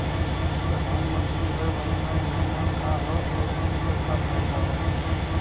प्रधानमंत्री वय वन्दना योजना का ह आउर एकर का फायदा बा?